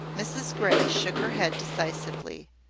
mrs grey shook her head decisively.